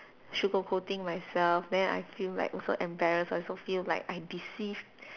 sugar coating myself then I feel like also embarrassed I also feel like I deceived